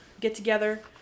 get-together